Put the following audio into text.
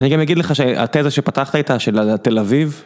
אני גם אגיד לך שהתזה שפתחת איתה של תל אביב